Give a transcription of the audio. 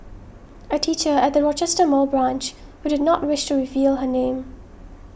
a teacher at the Rochester Mall branch who did not wish to reveal her name